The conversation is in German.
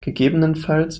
gegebenenfalls